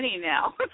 now